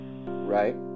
Right